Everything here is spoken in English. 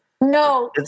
No